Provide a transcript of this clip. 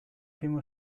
prima